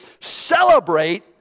celebrate